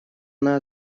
она